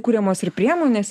kuriamos ir priemonės